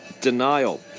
Denial